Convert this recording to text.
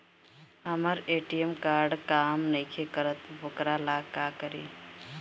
हमर ATM card काम नईखे करत वोकरा ला का करी?